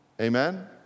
Amen